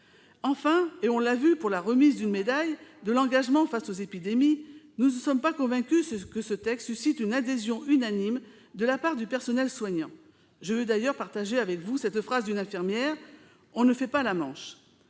Enfin, et on l'a vu pour la remise d'une « médaille de l'engagement face aux épidémies », nous ne sommes pas convaincus que ce texte suscite une adhésion unanime de la part du personnel soignant. Je veux d'ailleurs partager avec vous cette phrase d'une infirmière :« On ne fait pas la manche !